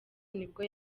nibwo